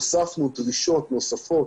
הוספנו דרישות נוספות.